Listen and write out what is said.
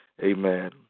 amen